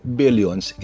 billions